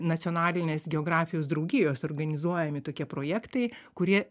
nacionalinės geografijos draugijos organizuojami tokie projektai kurie